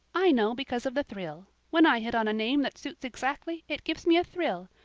i know because of the thrill. when i hit on a name that suits exactly it gives me a thrill.